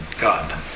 God